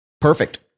perfect